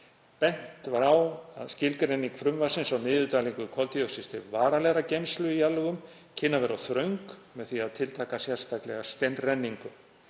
Bent var á að skilgreining frumvarpsins á niðurdælingu koldíoxíðs til varanlegrar geymslu í jarðlögum kynni að vera of þröng með því að tiltaka sérstaklega steinrenningu.